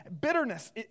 bitterness